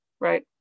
right